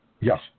Yes